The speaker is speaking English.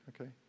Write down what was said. Okay